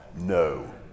No